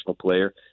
player